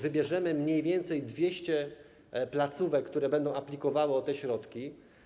Wybierzemy mniej więcej 200 placówek, które będą aplikowały o te środki.